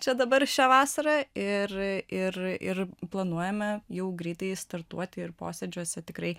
čia dabar šią vasarą ir ir ir planuojame jau greitai startuoti ir posėdžiuose tikrai